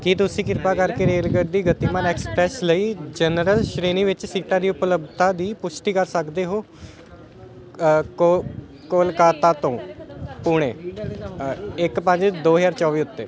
ਕੀ ਤੁਸੀਂ ਕਿਰਪਾ ਕਰਕੇ ਰੇਲਗੱਡੀ ਗਤੀਮਾਨ ਐਕਸਪ੍ਰੈਸ ਲਈ ਜਨਰਲ ਸ਼੍ਰੇਣੀ ਵਿੱਚ ਸੀਟਾਂ ਦੀ ਉਪਲੱਬਧਤਾ ਦੀ ਪੁਸ਼ਟੀ ਕਰ ਸਕਦੇ ਹੋ ਕੋ ਕਲਕੱਤਾ ਤੋਂ ਪੁਨੇ ਇੱਕ ਪੰਜ ਦੋ ਹਜ਼ਾਰ ਚੌਵੀ ਉੱਤੇ